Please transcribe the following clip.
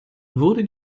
wurde